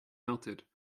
melted